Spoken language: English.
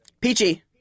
Peachy